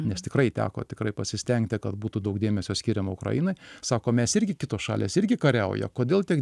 nes tikrai teko tikrai pasistengti kad būtų daug dėmesio skiriama ukrainai sako mes irgi kitos šalys irgi kariauja kodėl tiek